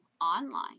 online